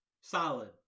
solid